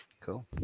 Cool